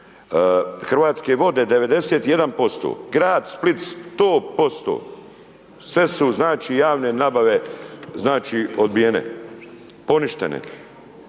Hrvatske vode 91%, grad Split 100%, sve su znači javne nabave odbijene, poništene.